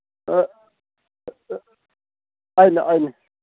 ꯑꯥꯏꯠꯅꯦ ꯑꯥꯏꯠꯅꯦ